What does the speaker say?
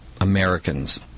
Americans